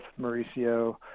Mauricio